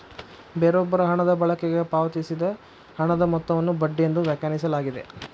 ಬೇರೊಬ್ಬರ ಹಣದ ಬಳಕೆಗಾಗಿ ಪಾವತಿಸಿದ ಹಣದ ಮೊತ್ತವನ್ನು ಬಡ್ಡಿ ಎಂದು ವ್ಯಾಖ್ಯಾನಿಸಲಾಗಿದೆ